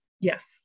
yes